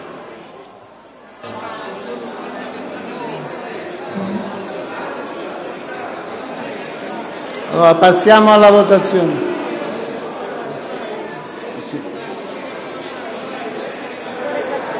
Passiamo alla votazione